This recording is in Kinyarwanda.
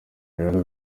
rero